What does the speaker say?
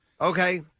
Okay